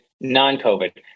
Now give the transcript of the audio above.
non-COVID